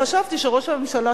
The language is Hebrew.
חשבתי שראש הממשלה,